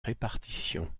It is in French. répartition